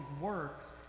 works